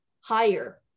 higher